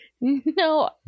No